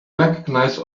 recognize